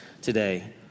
today